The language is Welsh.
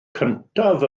cyntaf